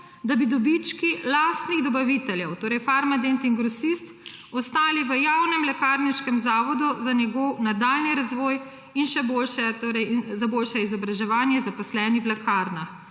da bi dobički lastnih dobaviteljev, torej Farmadenta in Grosista, ostali v javnem lekarniškem zavodu za njegov nadaljnji razvoj in za boljše izobraževanje zaposlenih v lekarnah.